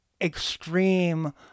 extreme